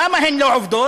ולמה הן לא עובדות?